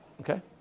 Okay